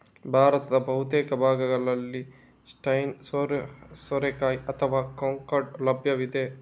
ಭಾರತದ ಬಹುತೇಕ ಭಾಗಗಳಲ್ಲಿ ಸ್ಪೈನಿ ಸೋರೆಕಾಯಿ ಅಥವಾ ಕಂಕಡ ಲಭ್ಯವಿದೆ